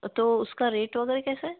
तो उसका रेट वगैरह कैसा है